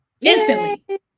instantly